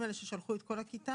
שבמקרים ששלחו את כל הכיתה,